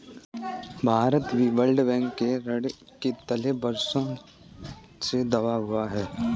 भारत भी world bank के ऋण के तले वर्षों से दबा हुआ है